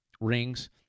rings